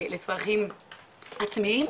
לצרכים עצמיים,